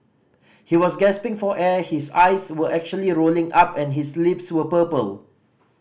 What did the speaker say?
he was gasping for air his eyes were actually rolling up and his lips were purple